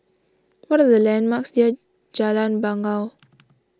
what are the landmarks near Jalan Bangau